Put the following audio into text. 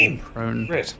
prone